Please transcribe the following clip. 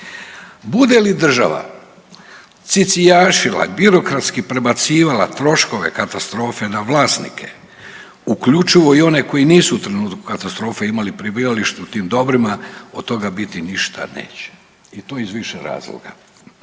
Bude li država cicijašila, birokratski prebacivala troškove katastrofe na vlasnike, uključivo i one koji nisu u trenutku katastrofe imali prebivalište u tim dobrima, od toga biti ništa neće i to iz više razloga.